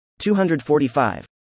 245